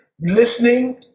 listening